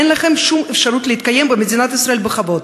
אין לכם שום אפשרות להתקיים במדינת ישראל בכבוד.